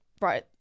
right